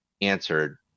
answered